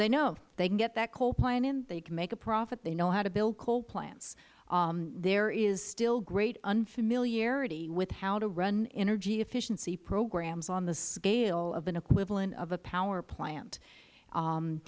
they know they can get that coal plant in they can make a profit they know how to build coal plants there is still great unfamiliarity with how to run energy efficiency programs on the scale of an equivalent of a power plant